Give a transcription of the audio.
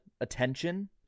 attention